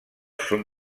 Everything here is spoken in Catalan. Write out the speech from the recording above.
són